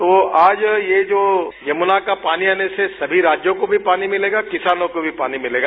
तो आज ये जो यमुना का पानी आने से सभी राज्यों को भी पानी मिलेगा किसानों को भी पानी मिलेगा